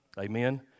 Amen